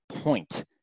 point